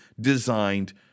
designed